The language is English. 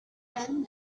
often